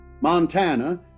Montana